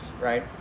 right